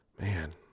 man